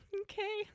Okay